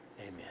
Amen